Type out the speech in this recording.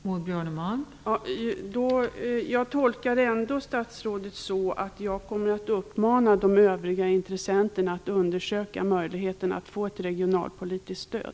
Fru talman! Jag tolkar ändå statsrådet så att jag kommer att uppmana de övriga intressenterna att undersöka möjligheten att få ett regionalpolitiskt stöd.